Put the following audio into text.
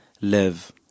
live